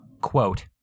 Quote